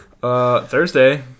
Thursday